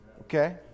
Okay